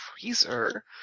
freezer